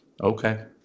Okay